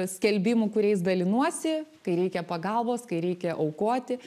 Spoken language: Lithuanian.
skelbimų kuriais dalinuosi kai reikia pagalbos kai reikia aukoti